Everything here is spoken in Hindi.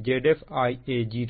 3Zf Ia0